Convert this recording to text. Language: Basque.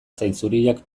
zainzuriak